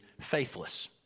faithless